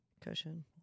Cushion